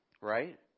right